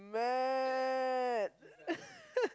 mad